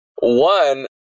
one